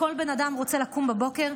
כל בן אדם רוצה לקום בבוקר,